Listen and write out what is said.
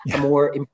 more